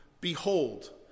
Behold